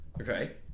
Okay